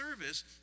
service